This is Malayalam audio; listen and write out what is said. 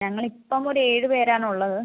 ഞങ്ങൾ ഇപ്പോൾ ഒരു ഏഴ് പേരാണുള്ളത്